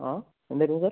ആ എന്താ ചെയ്തത്